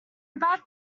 about